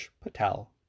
Patel